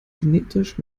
genetisch